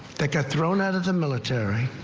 that got thrown out of the military.